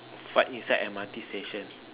fart inside M_R_T station